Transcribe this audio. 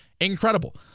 Incredible